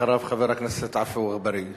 אחריו, חבר הכנסת עפו אגבאריה.